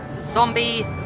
Zombie